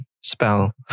spell